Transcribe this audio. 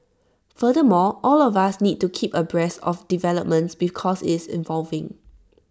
furthermore all of us need to keep abreast of developments because it's evolving